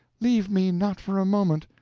leave me not for a moment!